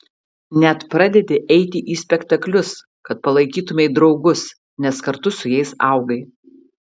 net pradedi eiti į spektaklius kad palaikytumei draugus nes kartu su jais augai